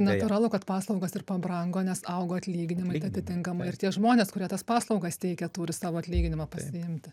natūralu kad paslaugos ir pabrango nes augo atlyginimai tai atitinkamai ir tie žmonės kurie tas paslaugas teikia turi savo atlyginimą pasiimti